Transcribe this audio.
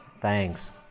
Thanks